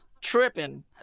tripping